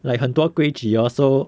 like 很多规矩 lor so